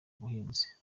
buhinzi